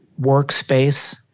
workspace